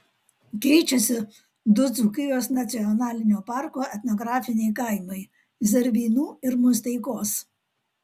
keičiasi du dzūkijos nacionalinio parko etnografiniai kaimai zervynų ir musteikos